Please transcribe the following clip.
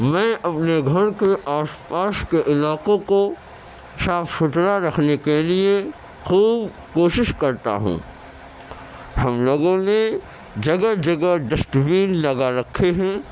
میں اپنے گھر کے آس پاس کے علاقوں کو صاف ستھرا رکھنے کے لیے خوب کوشش کرتا ہوں ہم لوگوں نے جگہ جگہ ڈسٹبین لگا رکھے ہیں